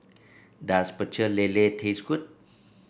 does Pecel Lele taste good